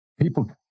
people